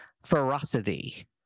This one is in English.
ferocity